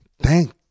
thank